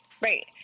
Right